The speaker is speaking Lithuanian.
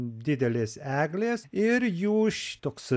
didelės eglės ir jų šitoks